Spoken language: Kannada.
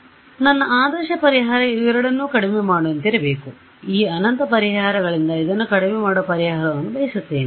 ಆದ್ದರಿಂದ ನನ್ನ ಆದರ್ಶ ಪರಿಹಾರ ಇವೆರಡನ್ನೂ ಕಡಿಮೆ ಮಾಡುವಂತಿರಬೇಕು ಈ ಅನಂತ ಪರಿಹಾರಗಳಿಂದ ಇದನ್ನು ಕಡಿಮೆ ಮಾಡುವ ಪರಿಹಾರವನ್ನು ಬಯಸುತ್ತೇನೆ